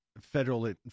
federal